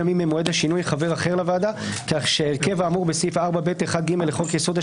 ב-(ב) הוא כאמור, חבר קואליציה, לפי חוק היסוד.